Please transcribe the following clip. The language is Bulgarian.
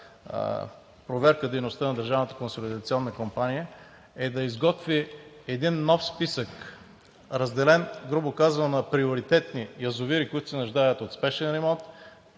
компания, е да изготви един нов списък, разделен, грубо казано, на приоритетни язовири, които се нуждаят от спешен ремонт,